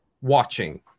watching